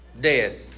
dead